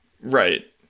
Right